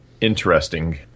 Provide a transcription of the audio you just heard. interesting